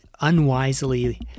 unwisely